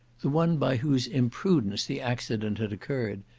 the one by whose imprudence the accident had occurred,